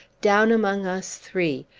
down among us three,